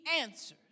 answers